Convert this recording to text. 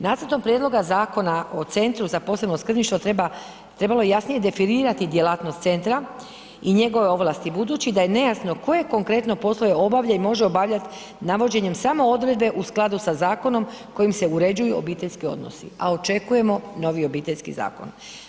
Nacrtom Prijedloga Zakona o Centru za posebno skrbništvo treba, trebalo je jasnije definirati djelatnost centra i njegove ovlasti budući da je nejasno koje konkretno poslove obavlja i može obavljati navođenjem samo odredbe u skladu sa zakonom kojim se uređuju obiteljski odnosi, a očekujemo novi Obiteljski zakon.